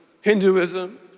Hinduism